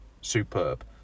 Superb